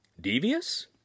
Devious